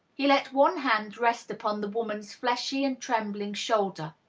he let one hand rest upon the woman's fleshy and trembling shoulder.